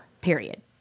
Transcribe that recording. period